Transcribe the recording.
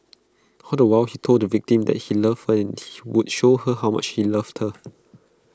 all the while he told the victim that he loved her and would show her how much he loved her